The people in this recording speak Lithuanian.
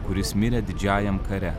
kuris mirė didžiajam kare